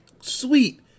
sweet